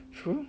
true